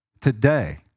today